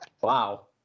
Wow